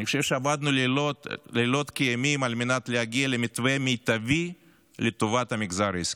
עבדנו לילות כימים כדי להגיע למתווה מיטבי לטובת המגזר העסקי.